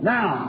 Now